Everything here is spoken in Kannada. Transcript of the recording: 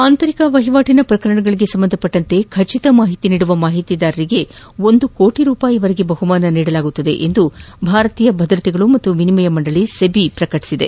ಆಂತರಿಕ ವಹಿವಾಟಿನ ಪ್ರಕರಣಗಳಿಗೆ ಸಂಬಂಧಿಸಿದಂತೆ ಖಚಿತ ಮಾಹಿತಿ ನೀಡುವ ಮಾಹಿತಿದಾರರಿಗೆ ಒಂದು ಕೋಟಿ ರೂಪಾಯಿಗಳವರೆಗೆ ಬಹುಮಾನ ನೀಡುವುದಾಗಿ ಭಾರತೀಯ ಭದ್ರತೆಗಳು ಮತ್ತು ವಿನಿಮಯ ಮಂದಳಿ ಸೆಬಿ ಪ್ರಕಟಿಸಿದೆ